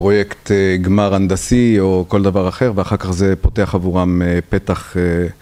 פרויקט גמר הנדסי, או כל דבר אחר, ואחר כך זה פותח עבורם פתח